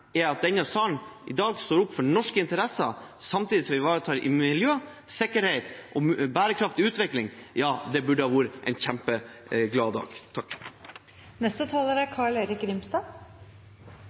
at denne salen i dag står opp for norske interesser samtidig som vi ivaretar miljø, sikkerhet og bærekraftig utvikling – ja, det burde ha vært en gledens dag.